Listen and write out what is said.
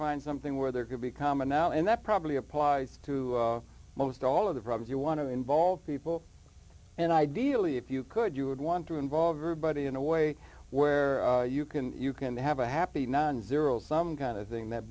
find something where there could be common now and that probably applies to most all of the problems you want to involve people and ideally if you could you would want to involve everybody in a way where you can you can have a happy non zero sum kind of thing that